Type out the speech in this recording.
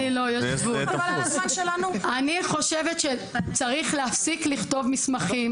אני חושבת שצריך להפסיק לכתוב מסמכים.